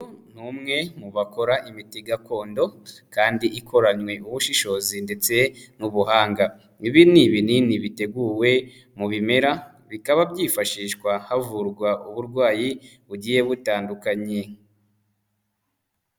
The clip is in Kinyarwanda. Ni umwe mu bakora imiti gakondo kandi ikoranywe ubushishozi ndetse n'ubuhanga. Ibi ni ibinini biteguwe mu bimera bikaba byifashishwa havurwa uburwayi bugiye butandukanye.